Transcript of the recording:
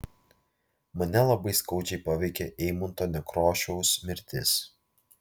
mane labai skaudžiai paveikė eimunto nekrošiaus mirtis